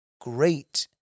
great